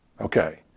Okay